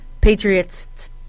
Patriots